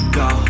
go